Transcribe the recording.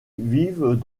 vivent